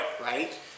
Right